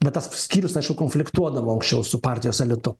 vat tas skyrius aišku konfliktuodavo anksčiau su partijos elitu